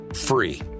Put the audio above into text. free